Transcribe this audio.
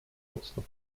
mocno